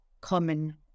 common